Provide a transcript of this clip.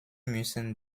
müssen